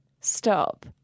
Stop